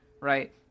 right